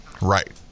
right